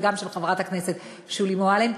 וגם של חברת הכנסת שולי מועלם,